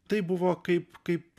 taip buvo kaip kaip